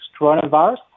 coronavirus